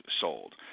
sold